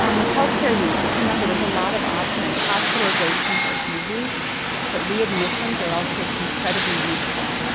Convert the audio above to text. um with healthcare use, just remember, there's a lot of options. hospitalizations are easy but readmissions are also incredibly useful.